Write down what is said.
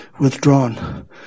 withdrawn